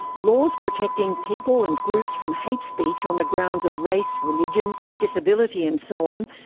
laws protecting people and groups from hate speech on the grounds of race, religion, disability and so on,